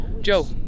Joe